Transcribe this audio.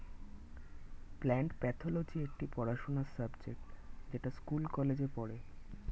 plant pathology একটি পড়াশোনার subject যেটা স্কুল কলেজে পড়ে